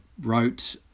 wrote